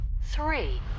three